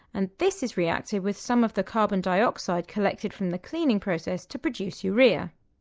and this is reacted with some of the carbon dioxide collected from the cleaning process to produce urea.